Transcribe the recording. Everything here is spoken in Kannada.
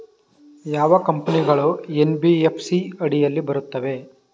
ಯಾವ ಕಂಪನಿಗಳು ಎನ್.ಬಿ.ಎಫ್.ಸಿ ಅಡಿಯಲ್ಲಿ ಬರುತ್ತವೆ?